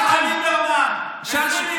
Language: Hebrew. יבגני, מחיר של גבינה לבנה אתה יודע?